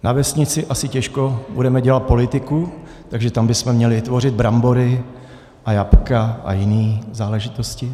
Na vesnici asi těžko budeme dělat politiku, takže tam bychom měli tvořit brambory a jablka a jiné záležitosti.